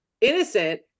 innocent